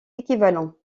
équivalent